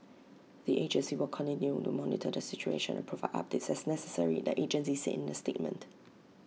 the agency will continue to monitor the situation and provide updates as necessary the agency said in A statement